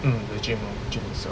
mm the gym ah the gym itself